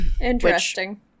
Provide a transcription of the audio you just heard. Interesting